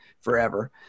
forever